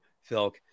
Phil